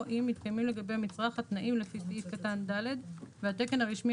או אם מתקיימים לגבי המצרך התנאים לפי סעיף קטן (ד) והתקן הרשמי